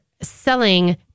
selling